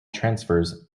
transfers